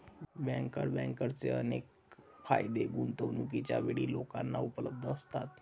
banker बँकर्सचे अनेक फायदे गुंतवणूकीच्या वेळी लोकांना उपलब्ध असतात